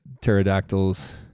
pterodactyls